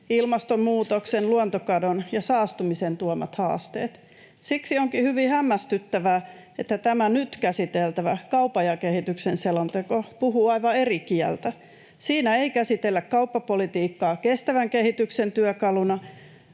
ilmastonmuutoksen, luontokadon ja saastumisen tuomat haasteet. Siksi onkin hyvin hämmästyttävää, että tämä nyt käsiteltävä kaupan ja kehityksen selonteko puhuu aivan eri kieltä. Siinä ei käsitellä kauppapolitiikkaa kestävän kehityksen työkaluna